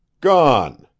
gone